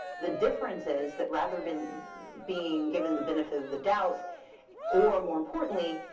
the difference is that rather than being given the benefit of the doubt or, more importantly,